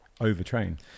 overtrain